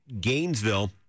Gainesville